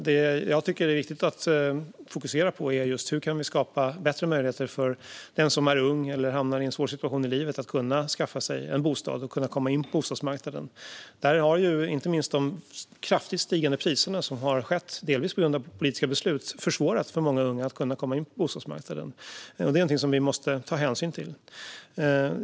Det jag tycker är viktigt att fokusera på är just hur vi kan skapa bättre möjligheter för den som är ung eller hamnar i en svår situation i livet att kunna skaffa sig en bostad och komma in på bostadsmarknaden. Här har inte minst de kraftigt stigande priserna, något som har skett delvis på grund av politiska beslut, försvårat för många unga att komma in på bostadsmarknaden, och det är någonting som vi måste ta hänsyn till.